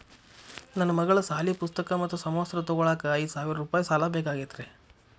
ನನ್ನ ಮಗಳ ಸಾಲಿ ಪುಸ್ತಕ್ ಮತ್ತ ಸಮವಸ್ತ್ರ ತೊಗೋಳಾಕ್ ಐದು ಸಾವಿರ ರೂಪಾಯಿ ಸಾಲ ಬೇಕಾಗೈತ್ರಿ